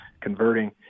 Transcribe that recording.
converting